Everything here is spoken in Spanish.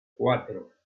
cuatro